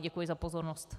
Děkuji za pozornost.